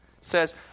says